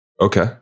Okay